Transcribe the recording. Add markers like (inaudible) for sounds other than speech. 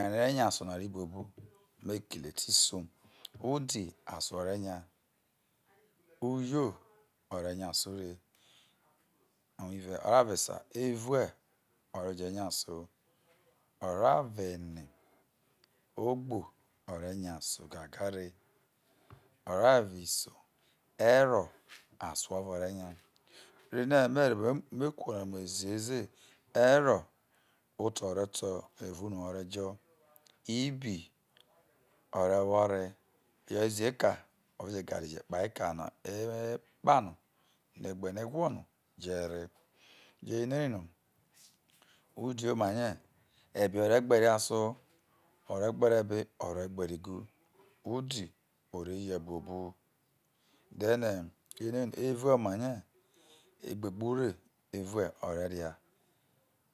(unintelligible) erao no̱ e̱ re nya aso na e ro buobu me kele te iso, udi aso o̱re̱ nya, uyo o̱ re nya aso re, onwo lue oro avo esa evue o re je nya aso, oro avo ene ogbo o re nga aso gaga re oro avo iso, ero aso ovo ore nya rene me̱ rọ ureremu ro̱ eziheze, ero nto o̱ re to̱ eghogho yo rejo ibi o̱ re̱ wo̱ reye reyo̱ ezi eka o re je kare jekpa eka no̱ ekpa nu gbe eno e who no jere uje no ere no udi omarie e̱be̱ o̱re gbere evao aso o̱ re gbere ebe, o̱ re̱ gbe̱re̱ igu udi o re ye̱ buobu then eh omane ekpe gbe ure evue o̱ re̱ na